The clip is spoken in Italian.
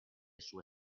sue